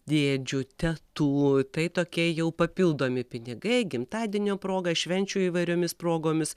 dėdžių tetų tai tokie jau papildomi pinigai gimtadienio proga švenčių įvairiomis progomis